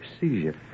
seizure